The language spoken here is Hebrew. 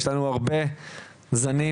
יש לנו הרבה זנים,